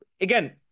again